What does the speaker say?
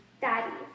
Daddy